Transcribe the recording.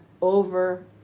over